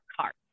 cart